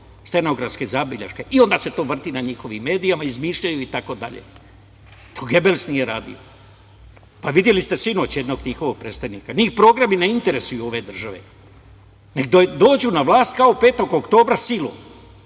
stenografskim beleškama i onda se to vrti na njihovim medijima, izmišljaju i tako dalje. To Gebels nije radio. Videli ste sinoć jednog njihovog predstavnika. Njih programi ove države ne interesuju. Neka dođu na vlast kao 05. oktobra silom.